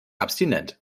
abstinent